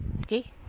Okay